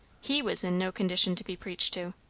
he was in no condition to be preached to.